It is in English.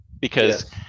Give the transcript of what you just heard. because-